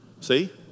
See